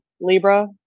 Libra